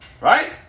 Right